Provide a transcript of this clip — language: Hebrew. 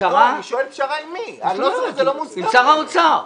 עם שר האוצר.